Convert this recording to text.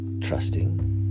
trusting